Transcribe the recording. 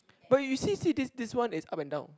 but you see see this this one is up and down